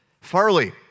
Farley